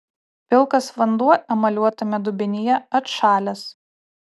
pilkas vanduo emaliuotame dubenyje atšalęs